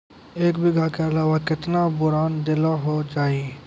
एक बीघा के अलावा केतना बोरान देलो हो जाए?